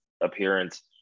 appearance